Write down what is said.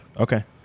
okay